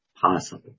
possible